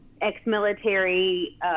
ex-military